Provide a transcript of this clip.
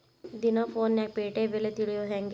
ದಿನಾ ಫೋನ್ಯಾಗ್ ಪೇಟೆ ಬೆಲೆ ತಿಳಿಯೋದ್ ಹೆಂಗ್?